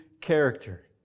character